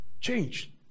change